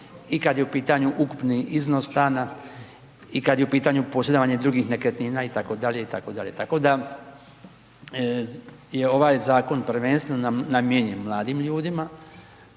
i kad je u pitanju ukupni iznos stana i kad je u pitanju posjedovanje drugih nekretnina itd., itd. Tako je ovaj zakon prvenstveno namijenjen mladim ljudima